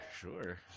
Sure